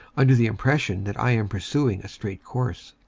under the impression that i am pursuing a straight course.